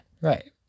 Right